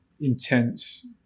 intense